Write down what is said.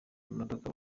imodoka